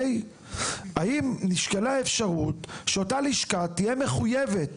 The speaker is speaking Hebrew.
האם נשקלה אפשרות שאותה לשכה תהיה מחויבת